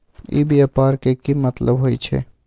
ई व्यापार के की मतलब होई छई?